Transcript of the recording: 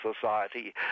society